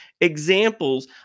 examples